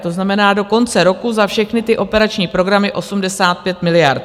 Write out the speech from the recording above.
To znamená do konce roku za všechny ty operační programy 85 miliard.